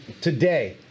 today